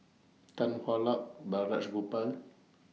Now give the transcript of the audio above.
Tan Hwa Luck Balraj Gopal